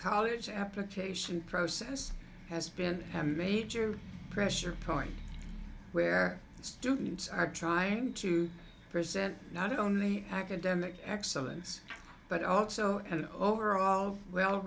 college application process has been having a major pressure point where students are trying to present not only academic excellence but also an overall well